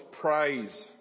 praise